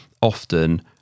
often